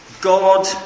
God